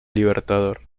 libertador